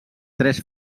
tres